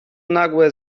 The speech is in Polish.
nagłe